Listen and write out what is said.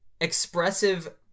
expressive